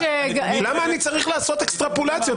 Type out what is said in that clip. למה אני צריך לעשות אקסטרפולציה?